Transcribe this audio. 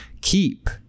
keep